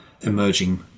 emerging